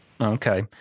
Okay